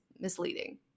misleading